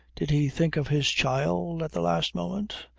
did he think of his child at the last moment?